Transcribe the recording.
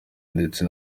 ndetse